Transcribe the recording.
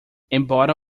embora